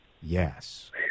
yes